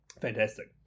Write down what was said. fantastic